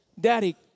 Daddy